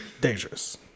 dangerous